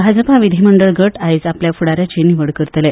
भाजपा विधीमंडळ गट आयज आपल्या फ्रडा याची निवड करतले